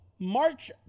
March